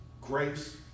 grace